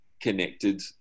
connected